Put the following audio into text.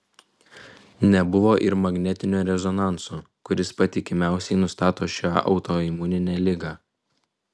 nebuvo ir magnetinio rezonanso kuris patikimiausiai nustato šią autoimuninę ligą